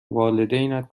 والدینت